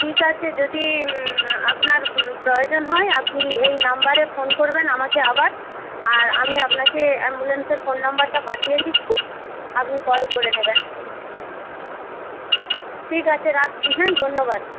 ঠিক আছে যদি আপনার প্রয়োজন হয় আপনি এই নম্বরে ফোন করবেন আমাকে আবার আর আমি আপনাকে অ্যাম্বুলেন্সের ফোন নম্বরটা পাঠিয়ে দিচ্ছি আপনি কল করে নেবেন ঠিক আছে রাখছি হ্যাঁ ধন্যবাদ